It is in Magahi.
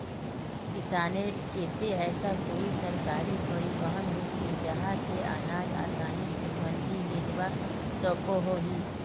किसानेर केते ऐसा कोई सरकारी परिवहन होचे जहा से अनाज आसानी से मंडी लेजवा सकोहो ही?